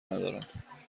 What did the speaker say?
ندارم